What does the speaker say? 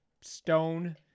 stone